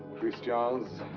christian's.